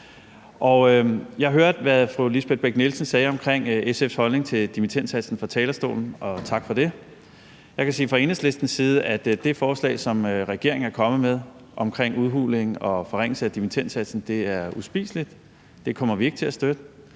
Jeg hørte, hvad fru Lisbeth Bech-Nielsen sagde fra talerstolen om SF's holdning til dimittendsatsen, og tak for det. Jeg kan sige fra Enhedslistens side, at det forslag, som regeringen er kommet med, om udhuling og forringelse af dimittendsatsen er uspiseligt. Det kommer vi ikke til at støtte.